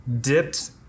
dipped